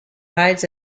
hides